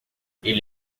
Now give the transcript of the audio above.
ele